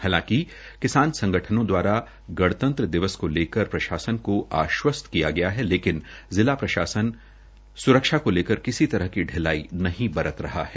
हालांकि किसान संगठनों द्वारा गणतंत्र दिवस को लेकर प्रशासन को आश्वस्त किया गया है लेकिन जिला प्रशासन स्रक्षा को लेकर किसी तरह की ढिलाई नही बरत रहा है